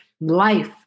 life